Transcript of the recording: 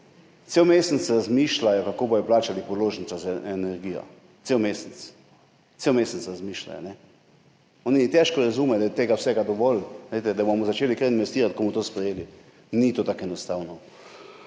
cel mesec razmišljajo, kako bodo plačali položnice za energijo. Cel mesec razmišljajo. Oni težko razumejo, da je vsega tega dovolj, da bomo začeli kar investirati, ko bomo to sprejeli, ampak ni tako enostavno.